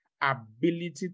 ability